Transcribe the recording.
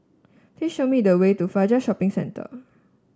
please show me the way to Fajar Shopping Centre